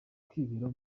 kwibera